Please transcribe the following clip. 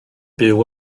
byw